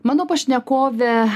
mano pašnekovė